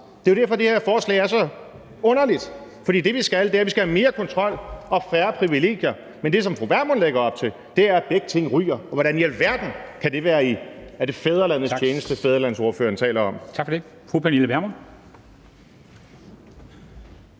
Det er jo derfor, at det her forslag er så underligt. Det, vi skal, er, at vi skal have mere kontrol og færre privilegier. Men det, som fru Pernille Vermund lægger op til, er, at begge ting ryger. Hvordan i alverden kan det være i fædrelandets tjeneste, som ordføreren taler om? Kl.